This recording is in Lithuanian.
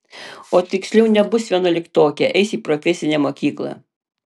o tiksliau nebus vienuoliktokė eis į profesinę mokyklą